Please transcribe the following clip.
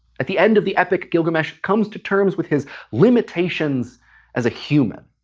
at the end of the epic, gilgamesh comes to terms with his limitations as a human.